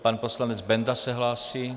Pan poslanec Benda se hlásí.